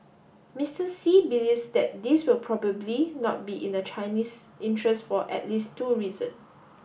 Mister Xi believes that this will probably not be in the Chinese interest for at least two reason